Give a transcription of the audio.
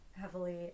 heavily